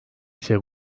ise